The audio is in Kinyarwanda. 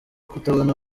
kutabona